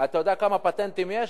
אתה יודע כמה פטנטים יש?